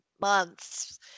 Months